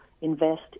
invest